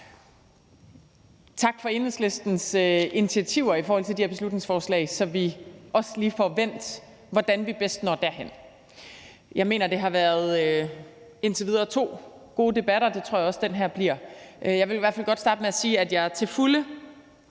Tak for Enhedslistens initiativer i forhold til de her beslutningsforslag, så vi også lige får vendt, hvordan vi bedst når derhen. Jeg mener, det indtil videre har været to gode debatter, og det tror jeg også den her bliver. Jeg vil i hvert fald godt starte med at sige, at jeg til fulde